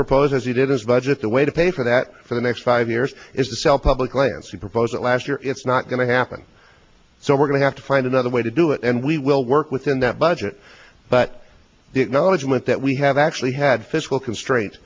propose as he did his budget the way to pay for that for the next five years is to sell public lands he proposes last year it's not going to happen so we're going to have to find another way to do it and we will work within that budget but the knowledge meant that we have actually had fiscal constraint